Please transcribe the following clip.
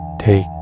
Take